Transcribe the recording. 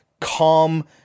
calm